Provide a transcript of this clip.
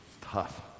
tough